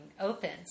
opens